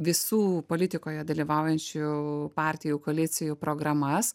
visų politikoje dalyvaujančių partijų koalicijų programas